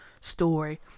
story